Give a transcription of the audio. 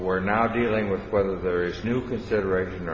we're now dealing with whether there is new consideration